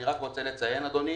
אני רק רוצה לציין אדוני